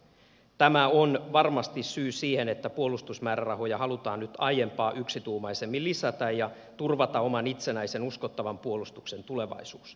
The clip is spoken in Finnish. tämä on varmasti syy siihen että puolustusmäärärahoja halutaan nyt aiempaa yksituumaisemmin lisätä ja turvata oman itsenäisen uskottavan puolustuksen tulevaisuus